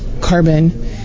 carbon